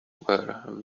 were